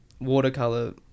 watercolor